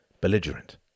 belligerent